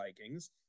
vikings